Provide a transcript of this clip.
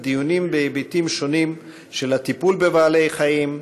דיונים בהיבטים שונים של הטיפול בבעלי-החיים.